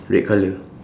red colour